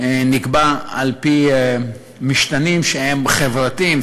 נקבע על-פי משתנים שהם חברתיים,